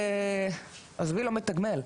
עזבי לא מתגמל,